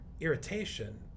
irritation